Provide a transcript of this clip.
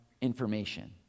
information